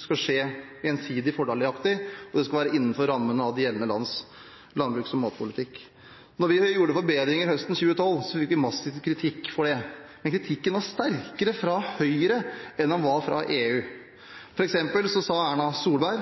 skal skje «på gjensidig fordelaktig basis», og det skal være innenfor rammen av de gjeldende lands landbruks- og matpolitikk. Da vi gjorde forbedringer høsten 2012, fikk vi massiv kritikk for det, men kritikken var sterkere fra Høyre enn den var fra EU. For eksempel sa Erna Solberg